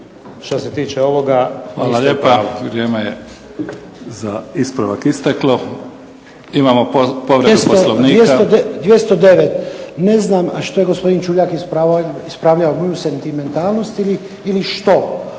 Neven (SDP)** Hvala lijepa. Vrijeme je za ispravak isteklo. Imamo povredu Poslovnika. **Lučin, Šime (SDP)** 209. Ne znam što je gospodin Čuljak ispravljao, moju sentimentalnost ili što.